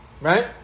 Right